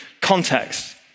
context